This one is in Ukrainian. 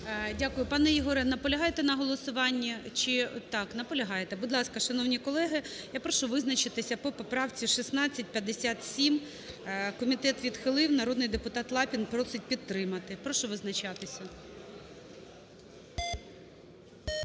Дякую. Пане Ігоре, наполягаєте на голосуванні чи… Так, наполягаєте. Будь ласка, шановні колеги, я прошу визначитися по поправці 1657. Комітет відхилив. Народний депутат Лапін просить підтримати. Прошу визначатися.